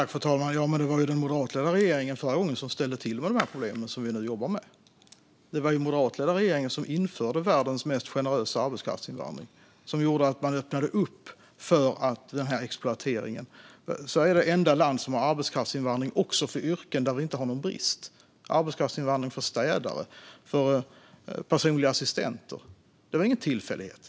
Fru talman! Det var ju den moderatledda regeringen som ställde till med de problem som vi nu jobbar med. Det var den moderatledda regeringen som införde världens mest generösa arbetskraftsinvandring. Man öppnade därigenom upp för den här exploateringen. Sverige är det enda land som har arbetskraftsinvandring även för yrken där vi inte har någon brist. Vi har arbetskraftsinvandring för städare och personliga assistenter. Det var ingen tillfällighet.